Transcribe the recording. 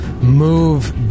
move